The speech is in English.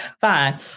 fine